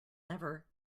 never